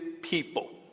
people